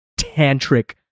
tantric